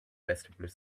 vestibular